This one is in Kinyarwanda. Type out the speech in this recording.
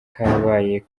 kabaye